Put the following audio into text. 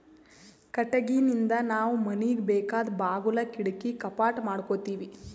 ಕಟ್ಟಿಗಿನಿಂದ್ ನಾವ್ ಮನಿಗ್ ಬೇಕಾದ್ ಬಾಗುಲ್ ಕಿಡಕಿ ಕಪಾಟ್ ಮಾಡಕೋತೀವಿ